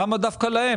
למה דווקא להן?